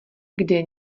kde